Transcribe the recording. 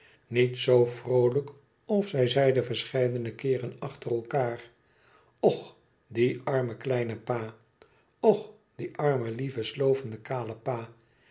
niet zoo vroolijk of zij zeide verscheidene keer en achter elkander och die arme kleine pa och die arme lieve slovende kale pa